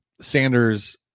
Sanders